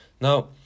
Now